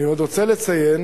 אני עוד רוצה לציין